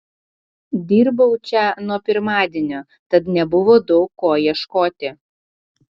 dirbau čia nuo pirmadienio tad nebuvo daug ko ieškoti